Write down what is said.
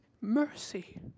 mercy